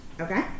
Okay